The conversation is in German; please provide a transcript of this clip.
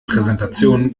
präsentation